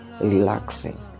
relaxing